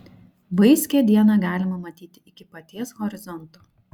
vaiskią dieną galima matyti iki paties horizonto